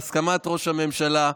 בהסכמת ראש הממשלה,